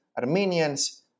Armenians